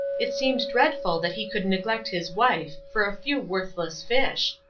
it seemed dreadful that he could neglect his wife for a few worthless fish.